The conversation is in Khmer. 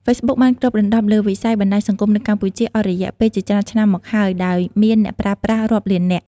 ហ្វេសប៊ុកបានគ្របដណ្ដប់លើវិស័យបណ្តាញសង្គមនៅកម្ពុជាអស់រយៈពេលជាច្រើនឆ្នាំមកហើយ ដោយមានអ្នកប្រើប្រាស់រាប់លាននាក់។